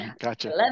gotcha